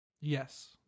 Yes